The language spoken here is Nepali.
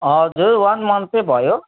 हजुर वान मन्थ चाहिँ भयो